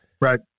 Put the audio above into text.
Right